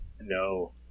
No